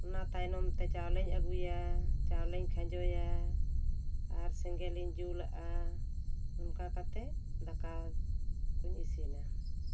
ᱚᱱᱟ ᱛᱟᱭᱱᱚᱢ ᱛᱮ ᱪᱟᱣᱞᱮᱧ ᱟᱹᱜᱩᱭᱟ ᱪᱟᱣᱞᱮᱧ ᱠᱷᱟᱸᱡᱚᱭᱟ ᱟᱨ ᱥᱮᱸᱜᱮᱞ ᱤᱧ ᱡᱩᱞᱟᱜ ᱟ ᱚᱱᱠᱟ ᱠᱟᱛᱮᱫ ᱫᱟᱠᱟ ᱠᱚᱧ ᱤᱥᱤᱱᱟ